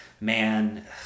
man